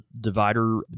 divider